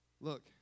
Look